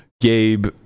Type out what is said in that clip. Gabe